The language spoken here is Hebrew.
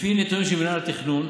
לפי נתונים של מינהל התכנון,